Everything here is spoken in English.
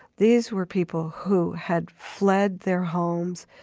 these were people who had fled their homes,